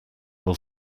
will